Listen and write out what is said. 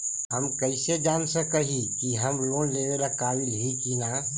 हम कईसे जान सक ही की हम लोन लेवेला काबिल ही की ना?